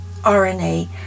RNA